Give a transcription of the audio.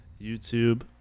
YouTube